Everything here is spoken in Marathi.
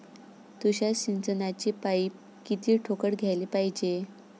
तुषार सिंचनाचे पाइप किती ठोकळ घ्याले पायजे?